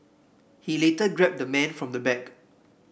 he later grabbed the man from the back